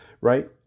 right